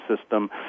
system